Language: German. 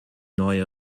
neue